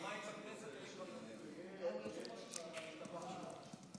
יומיים בכנסת, אני כבר יודע.